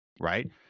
right